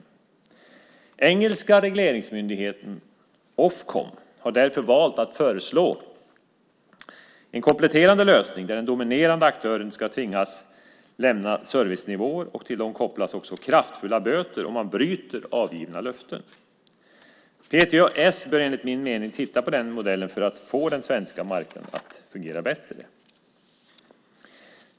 Den engelska regleringsmyndigheten Ofcom har därför valt att föreslå en kompletterande lösning där den dominerande aktören ska tvingas lämna servicenivåer. Till dessa kopplas också kraftfulla böter om avgivna löften bryts. PTS bör enligt min mening titta på den modellen för att få den svenska marknaden att fungera bättre.